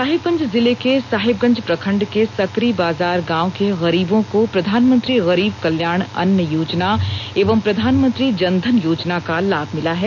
साहेबगंज जिले के साहेबगंज प्रखंड के सकरी बाजार गांव के गरीबों को प्रधानमंत्री गरीब कल्याण अन्न योजना एवं प्रधानमंत्री जन धन योजना का लाम मिला है